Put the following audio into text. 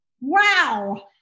Wow